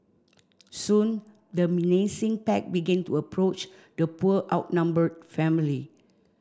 soon the menacing pack begin to approach the poor outnumbered family